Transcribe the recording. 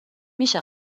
میشه